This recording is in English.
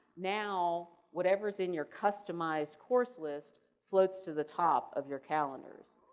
now, whatever is in your customized course list flits to the top of your calendars,